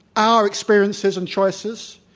our experiences and choices,